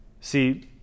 See